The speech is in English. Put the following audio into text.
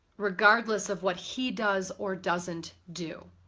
regardless of what he does or doesn't do.